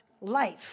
life